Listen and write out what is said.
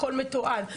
הכול מתועד,